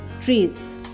trees